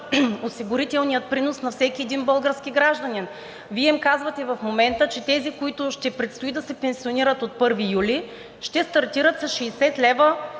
осигурителният принос на всеки български гражданин. Вие в момента им казвате, че тези, които ще предстои да се пенсионират от 1 юли, ще стартират с 60 лв.